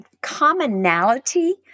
commonality